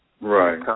Right